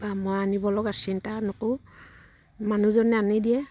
বা মই আনিব লগা চিন্তা নকৰো মানুহজনে আনি দিয়ে